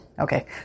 Okay